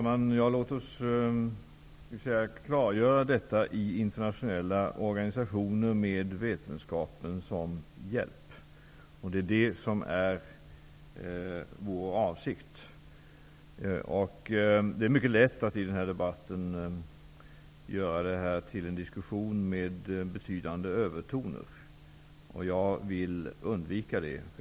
Fru talman! Låt oss klargöra detta i internationella organisationer med vetenskapen som hjälp. Det är vår avsikt. Det är mycket lätt att man i den här debatten gör detta till en diskussion med betydande övertoner. Jag vill undvika det.